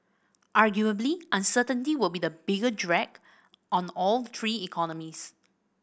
arguably uncertainty would be a bigger drag on all three economies